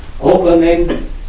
opening